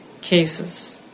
cases